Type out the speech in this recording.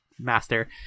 master